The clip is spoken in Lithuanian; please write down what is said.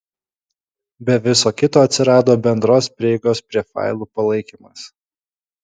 be viso kito atsirado bendros prieigos prie failų palaikymas